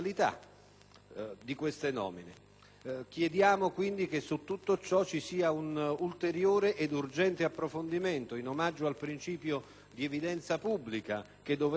di queste nomine. Chiediamo quindi che su tutto ciò ci sia un ulteriore ed urgente approfondimento, in omaggio al principio di evidenza pubblica, che dovremo aver